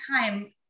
time